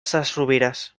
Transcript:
sesrovires